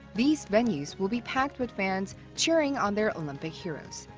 these venues will be packed with fans cheering on their olympic heroes.